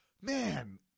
man